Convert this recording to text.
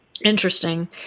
Interesting